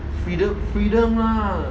freedom freedom lah